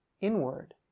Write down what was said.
inward